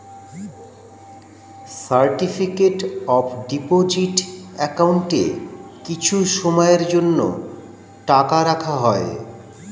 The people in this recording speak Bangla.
সার্টিফিকেট অফ ডিপোজিট অ্যাকাউন্টে কিছু সময়ের জন্য টাকা রাখা হয়